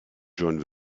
john